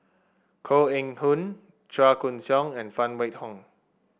Koh Eng Hoon Chua Koon Siong and Phan Wait Hong